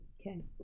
Okay